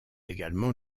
également